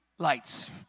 Lights